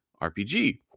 RPG